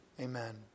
Amen